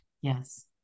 Yes